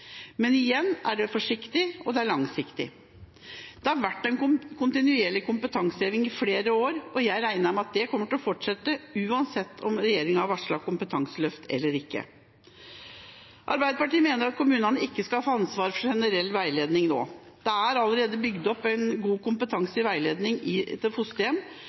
Men igjen er dette forsiktig og langsiktig. Det har vært en kontinuerlig kompetanseheving i flere år, og jeg regner med at det kommer til å fortsette, uansett om regjeringa har varslet kompetanseløft eller ikke. Arbeiderpartiet mener at kommunene ikke skal få ansvaret for generell veiledning nå. Det er allerede bygd opp god kompetanse i veiledning til fosterhjem,